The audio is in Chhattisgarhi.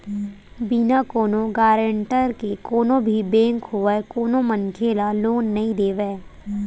बिना कोनो गारेंटर के कोनो भी बेंक होवय कोनो मनखे ल लोन नइ देवय